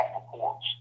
reports